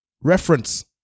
reference